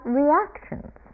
reactions